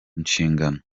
inshingano